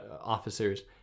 officers